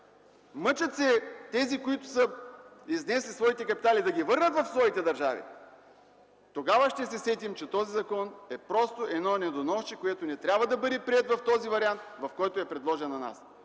тези, които са изнесли своите капитали, се мъчат да ги върнат в своите държави, тогава ще се сетим, че този закон е просто едно недоносче, който не трябва да бъде приет в този вариант, в който ни е предложен.